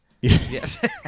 Yes